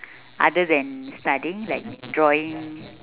other than studying like drawing